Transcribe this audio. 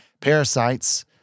parasites